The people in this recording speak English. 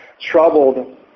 troubled